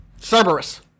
Cerberus